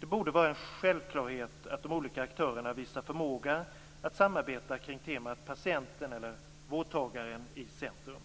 Det borde vara en självklarhet att de olika aktörerna visar förmåga att samarbeta kring temat patienten/vårdtagaren i centrum.